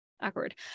Awkward